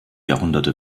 jahrhunderte